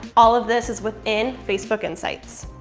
all of this is within facebook insights.